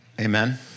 amen